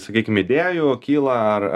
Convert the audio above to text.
sakykim idėjų kyla ar